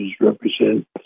represent